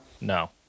No